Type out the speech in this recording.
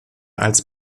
als